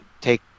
take